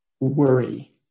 Worry